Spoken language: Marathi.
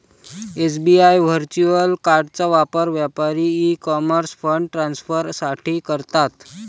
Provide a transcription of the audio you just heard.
एस.बी.आय व्हर्च्युअल कार्डचा वापर व्यापारी ई कॉमर्स फंड ट्रान्सफर साठी करतात